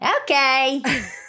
okay